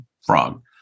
frog